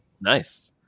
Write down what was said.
Nice